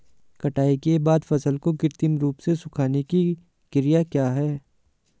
कटाई के बाद फसल को कृत्रिम रूप से सुखाने की क्रिया क्या है?